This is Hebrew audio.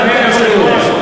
אדוני היושב-ראש,